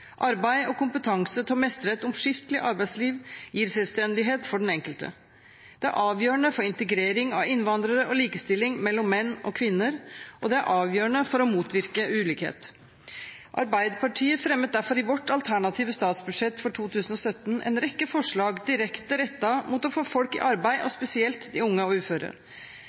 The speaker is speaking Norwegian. Arbeid og kompetanse til å mestre et omskiftelig arbeidsliv gir selvstendighet for den enkelte. Det er avgjørende for integrering av innvandrere og likestilling mellom menn og kvinner, og det er avgjørende for å motvirke ulikhet. Arbeiderpartiet fremmet derfor i vårt alternative statsbudsjett for 2017 en rekke forslag direkte rettet mot å få folk i arbeid, spesielt de unge og uføre.